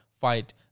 fight